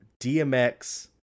DMX